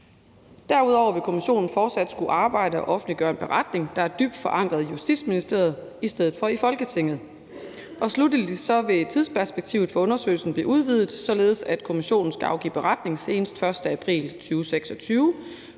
Derudover vil kommissionen fortsat skulle udarbejde og offentliggøre en beretning, der er dybt forankret i Justitsministeriet i stedet for i Folketinget. Sluttelig vil tidsperspektivet for undersøgelsen blive udvidet, således at kommissionen skal afgive en beretning senest den 1. april 2026,